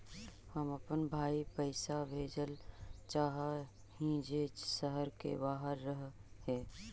हम अपन भाई पैसा भेजल चाह हीं जे शहर के बाहर रह हे